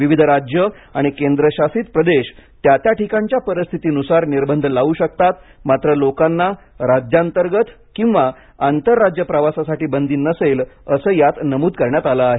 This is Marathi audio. विविध राज्य आणि केंद्र शासित प्रदेश त्या त्या ठिकाणच्या परिस्थिती नुसार निर्बंध लावू शकतात मात्र लोकांना राज्यांतर्गत किंवा आंतरराज्य प्रवासासाठी बंदी नसेल असं यात नमूद करण्यात आलं आहे